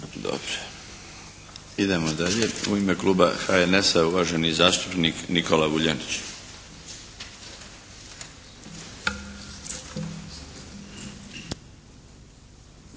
Dobro. Idemo dalje. U ime kluba HNS-a, uvaženi zastupnik Nikola Vuljanić.